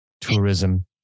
Tourism